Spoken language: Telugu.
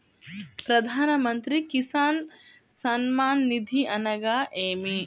ప్రధాన మంత్రి కిసాన్ సన్మాన్ నిధి అనగా ఏమి?